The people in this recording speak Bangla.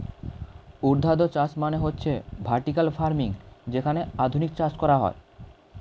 ঊর্ধ্বাধ চাষ মানে হচ্ছে ভার্টিকাল ফার্মিং যেখানে আধুনিক চাষ করা হয়